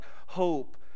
hope